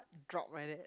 drop like that